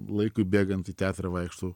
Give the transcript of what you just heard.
laikui bėgant į teatrą vaikštau